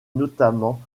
notamment